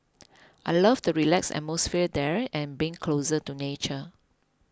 I love the relaxed atmosphere there and being closer to nature